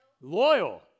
Loyal